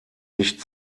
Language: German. nicht